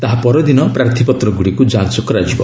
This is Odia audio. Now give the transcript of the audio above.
ତାହା ପରଦିନ ପ୍ରାର୍ଥୀପତ୍ରଗୁଡ଼ିକୁ ଯାଞ୍ଚ୍ କରାଯିବ